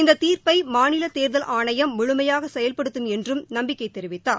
இந்தத் தீர்ப்பை மாநில தேர்தல் ஆணையம் முழுமையாக செயல்படுத்தும் என்றும் நம்பிக்கை தெரிவித்தார்